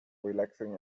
relaxing